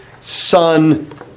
son